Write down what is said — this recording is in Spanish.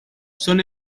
son